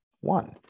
one